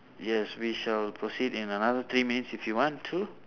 yes we shall proceed in another three minutes if you want to